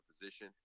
position